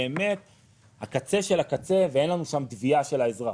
באמת הקצה של הקצה ואין לנו שם תביעה של האזרח.